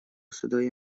صدای